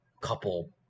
couple